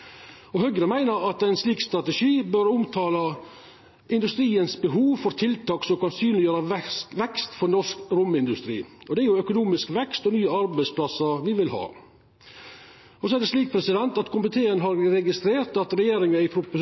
strategi. Høgre meiner at ein slik strategi bør omtala industriens behov for tiltak som kan synleggjera vekst for norsk romindustri. Det er jo økonomisk vekst og nye arbeidsplassar me vil ha. Så er det slik at komiteen har registrert at regjeringa i Prop. 1